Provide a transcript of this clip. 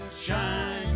Shine